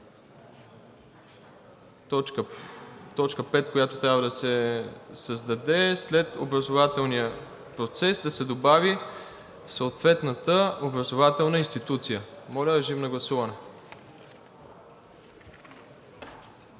на т. 5, която трябва да се създаде – след образователния процес да се добави „съответната образователна институция“. Режим на гласуване.